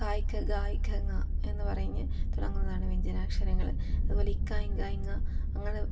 കാ ഇക്ക ഗാ ഇക്ക ങ്ങ എന്നു പറഞ്ഞ് തുടങ്ങുന്നതാണ് വ്യഞ്ജനാക്ഷരങ്ങൾ അതുപോലെ ഇക്ക ഇങ്ക ഇങ്ങ അങ്ങനെ